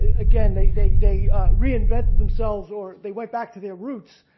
ah again, they they they reinvented themselves or they went back to their roots,